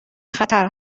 خطر